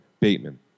Bateman